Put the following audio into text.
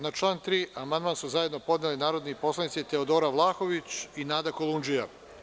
Na član 3. amandman su zajedno podnele narodni poslanici Teodora Vlahović i Nada Kolundžija.